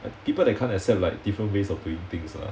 people that can't accept like different ways of doing things ah